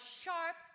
sharp